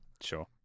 Sure